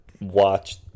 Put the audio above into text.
watch